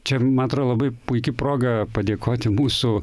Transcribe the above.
čia man atrodo labai puiki proga padėkoti mūsų